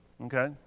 Okay